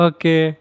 Okay